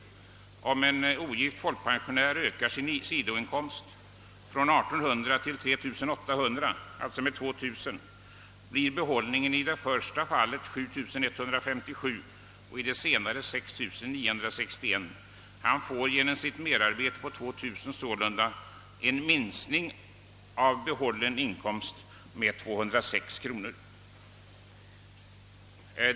Om en ogift folkpensionär ökar sin sidoinkomst från 1800 kronor till 3 800, alltså med 2 000 kronor, blir behållningen i det första fallet 7157 kronor och i det senare 6 961. Han får genom sitt merarbete på 2 000 kronors inkomst sålunda en minskning av behållen inkomst med 206 kronor.